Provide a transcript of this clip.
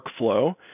workflow